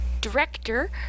director